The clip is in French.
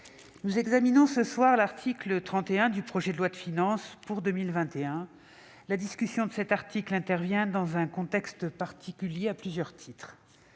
nous examinons ce soir l'article 31 du projet de loi de finances pour 2021. Cette discussion intervient dans un contexte particulier à plusieurs titres.